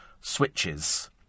switches